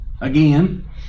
Again